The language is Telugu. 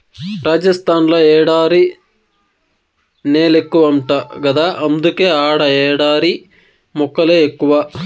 రాజస్థాన్ ల ఎడారి నేలెక్కువంట గదా అందుకే ఆడ ఎడారి మొక్కలే ఎక్కువ